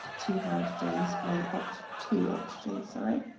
two hydrogens, one ox two oxygen, sorry.